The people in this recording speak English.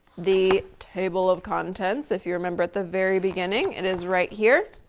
the table of contents. if you remember at the very beginning, it is right here,